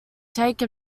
take